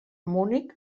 munic